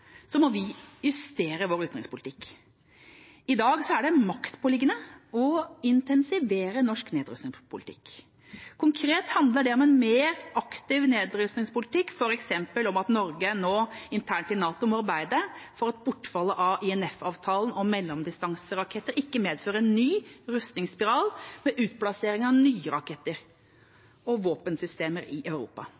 må vi justere vår utenrikspolitikk. I dag er det maktpåliggende å intensivere norsk nedrustningspolitikk. Konkret handler en mer aktiv nedrustningspolitikk f.eks. om at Norge nå internt i NATO må arbeide for at et bortfall av INF-avtalen om mellomdistanseraketter ikke medfører en ny rustningsspiral, med utplassering av nye raketter